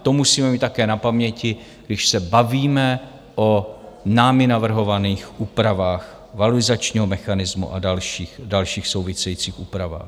To musíme mít také na paměti, když se bavíme o námi navrhovaných úpravách valorizačního mechanismu a dalších souvisejících úpravách.